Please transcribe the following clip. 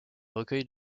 recueils